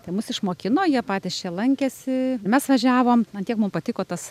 tai mus išmokino jie patys čia lankėsi mes važiavom ant tiek mum patiko tas